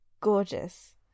gorgeous